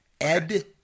Ed